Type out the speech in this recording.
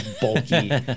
bulky